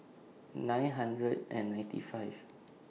nine hundred and ninety five